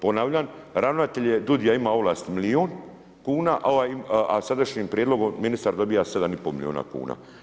Ponavljam, ravnatelj DUUDI-a ima ovlasti milijun kuna, a sadašnjim prijedlogom ministar dobiva 7,5 milijuna kuna.